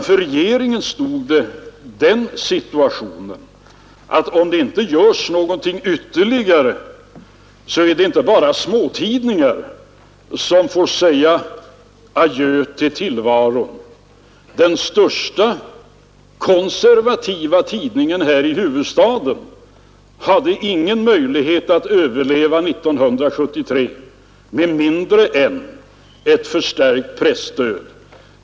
För regeringen framstod situationen som sådan att om det inte görs någonting ytterligare så är det inte bara småtidningar som får säga adjö till tillvaron. Den största konservativa tidningen här i huvudstaden hade ingen möjlighet att överleva 1973 med mindre än att presstödet förstärktes.